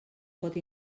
pot